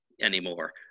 anymore